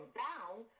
bound